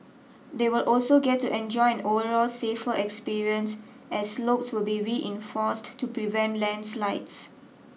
they will also get to enjoy an overall safer experience as slopes will be reinforced to prevent landslides